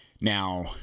Now